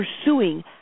pursuing